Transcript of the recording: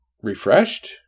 refreshed